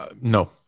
No